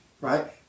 right